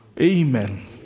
Amen